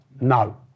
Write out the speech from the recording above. No